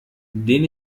den